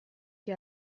che